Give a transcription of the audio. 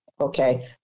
okay